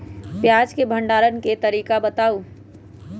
प्याज के भंडारण के तरीका बताऊ?